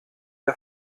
der